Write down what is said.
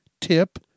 tip